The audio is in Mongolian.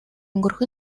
өнгөрөх